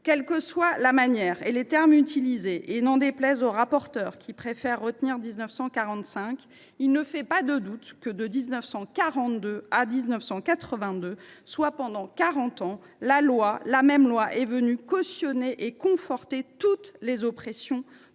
Quels que soient la manière et les termes utilisés, et n’en déplaise au rapporteur qui préfère retenir la date de 1945, il ne fait aucun doute que, de 1942 à 1982, soit pendant quarante ans, la même loi a cautionné et conforté toutes les oppressions